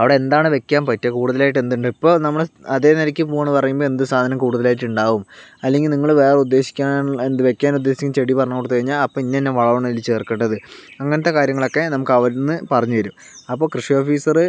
അവിടെ എന്താണ് വെക്കാൻ പറ്റുക കൂടുതലായിട്ട് എന്തുണ്ട് ഇപ്പൊൾ നമ്മള് അതെ നിലക്ക് പോകാണെന്ന് പറയുമ്പോൾ എന്ത് സാധനം കൂടുതലായിട്ട് ഉണ്ടാവും അല്ലെങ്കിൽ നിങ്ങള് വേറെ ഉദ്ദേശിക്കാൻ എന്ത് വെയ്ക്കാൻ ഉദ്ദേശിക്കുന്ന ചെടി പറഞ്ഞുകൊടുത്ത് കഴിഞ്ഞാൽ അപ്പൊൾ ഇന്ന ഇന്ന വളമാണ് അതിൽ ചേർക്കേണ്ടത് അങ്ങനത്തെ കാര്യങ്ങളൊക്കെ നമുക്ക് അവരിൽ നിന്ന് പറഞ്ഞുതരും അപ്പോൾ കൃഷി ഓഫീസറ്